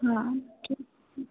हा ठीकु